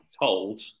told